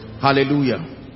Hallelujah